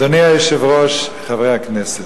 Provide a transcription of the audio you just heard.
אדוני היושב-ראש, חברי הכנסת,